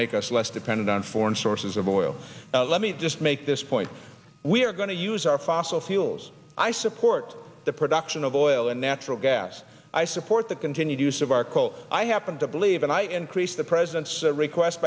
make us less dependent on foreign sources of oil let me just make this point we're going to use our fossil fuels i support the production of oil and natural gas i support the continued use of our coal i happen to believe and i increased the president's request